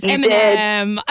Eminem